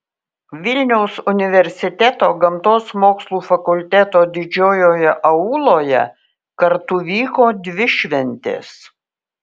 vilniaus universiteto gamtos mokslų fakulteto didžiojoje auloje kartu vyko dvi šventės